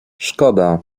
szkoda